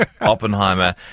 Oppenheimer